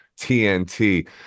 TNT